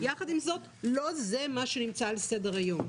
יחד עם זאת, לא זה מה שנמצא על סדר היום.